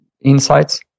insights